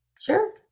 sure